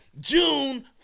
June